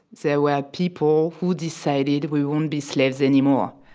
there were people who decided we wouldn't be slaves anymore.